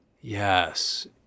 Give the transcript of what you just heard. Yes